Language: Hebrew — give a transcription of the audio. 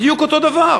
בדיוק אותו דבר.